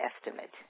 estimate